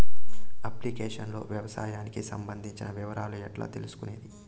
Application లో వ్యవసాయానికి సంబంధించిన వివరాలు ఎట్లా తెలుసుకొనేది?